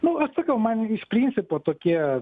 nu aš sakau man iš principo tokie